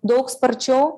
daug sparčiau